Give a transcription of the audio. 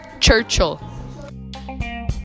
Churchill